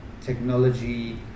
technology